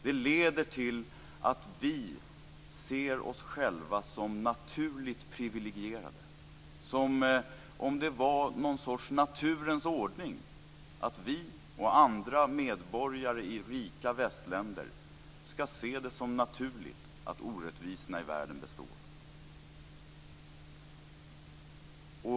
Det leder till att vi ser oss själva som naturligt privilegierade, som om det vore någon sorts naturens ordning att vi och andra medborgare i rika västländer skall se det som naturligt att orättvisorna i världen består.